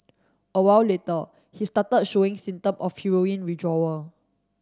a while later he started showing symptom of heroin withdrawal